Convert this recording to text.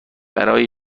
برای